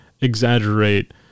exaggerate